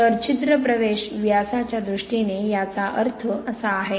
तर छिद्र प्रवेश व्यासाच्या दृष्टीने याचा अर्थ असा आहे